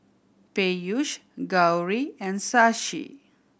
Peyush Gauri and Shashi